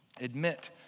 admit